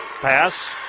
Pass